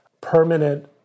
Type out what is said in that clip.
permanent